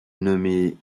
nommée